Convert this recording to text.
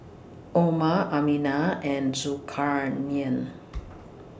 Omar Aminah and Zulkarnain